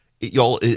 Y'all